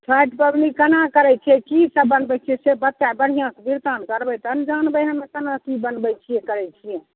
छठि पबनी कना करैत छियै की सभ बनबै छियै से बताएब बढ़िआँसँ बृतान करबै तब ने जानबै हमे कना की बनबैत छियै करैत छियै